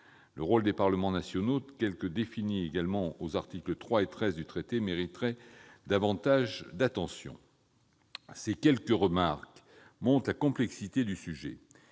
Le rôle des parlements nationaux, tel qu'il est défini aux articles 3 et 13 du traité, mériterait également davantage d'attention. Ces quelques remarques montrent la complexité du sujet.